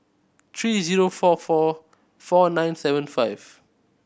three zero four four four nine seven five